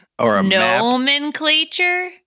Nomenclature